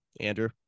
andrew